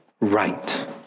right